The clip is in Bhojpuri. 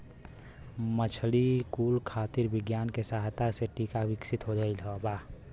मछली कुल खातिर विज्ञान के सहायता से टीका विकसित हो गइल बा